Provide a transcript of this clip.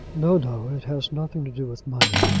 no, no it has nothing to do with money.